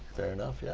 fair enough, yeah